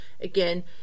again